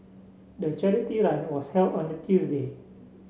the charity run was held on a Tuesday